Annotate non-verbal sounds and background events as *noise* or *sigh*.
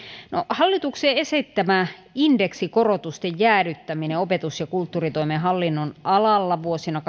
hallituksen esittämä indeksikorotusten jäädyttäminen opetus ja kulttuuritoimen hallinnonalalla vuosina *unintelligible*